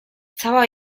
cała